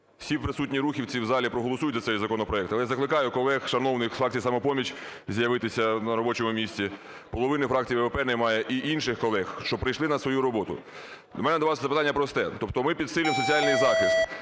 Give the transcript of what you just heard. Всі присутні рухівці в залі проголосують за цей законопроект. Але закликаю колег шановних з фракції "Самопоміч" з'явитися на робочому місці, половини фракції БПП немає і інших колег, щоб прийшли на свою роботу. В мене до вас запитання просте. Тобто ми підсилюємо соціальний захист,